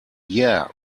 yeah